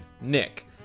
Nick